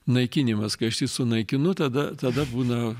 naikinimas kai aš jį sunaikinu tada tada būna